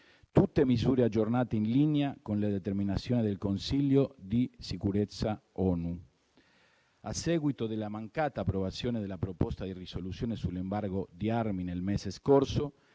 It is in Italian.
tutte misure aggiornate e in linea con le determinazioni del Consiglio di sicurezza dell'ONU. A seguito della mancata approvazione della proposta di risoluzione sull'embargo di armi nel mese scorso,